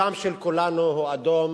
הדם של כולנו הוא אדום.